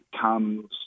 comes